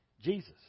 Jesus